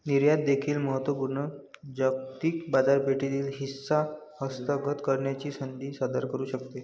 निर्यात देखील महत्त्व पूर्ण जागतिक बाजारपेठेतील हिस्सा हस्तगत करण्याची संधी सादर करू शकते